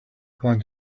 plan